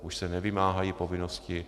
Už se nevymáhají povinnosti.